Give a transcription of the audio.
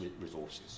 resources